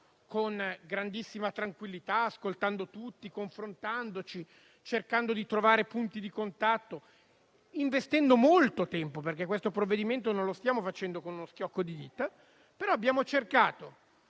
con grandissima tranquillità, ascoltando tutti, confrontandoci, cercando di trovare punti di contatto e investendo molto tempo (perché questo provvedimento non lo stiamo facendo con uno schiocco di dita), e abbiamo creduto